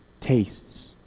tastes